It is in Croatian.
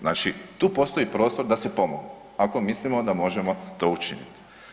Znači tu postoji prostor da se pomogne ako mislimo da možemo to učiniti.